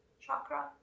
chakra